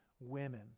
women